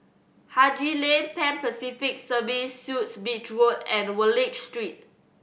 Haji Lane Pan Pacific Serviced Suites Beach Road and Wallich Street